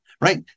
right